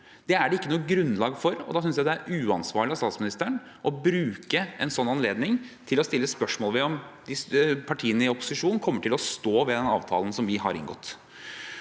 Det er det ikke noe grunnlag for. Da synes jeg det er uansvarlig av statsministeren å bruke en slik anledning til å sette spørsmålstegn ved om partiene i opposisjon kommer til å stå ved den avtalen vi har inngått.